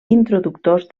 introductors